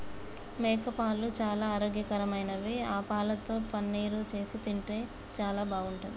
మేకపాలు చాలా ఆరోగ్యకరమైనవి ఆ పాలతో పన్నీరు చేసి తింటే చాలా బాగుంటది